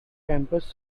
campus